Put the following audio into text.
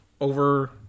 over